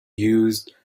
used